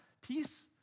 peace